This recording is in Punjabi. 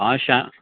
ਹਾਂ ਸ਼ਾ